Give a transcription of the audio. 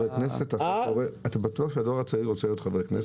אתה בטוח שהדור הצעיר רוצה להיות חבר כנסת?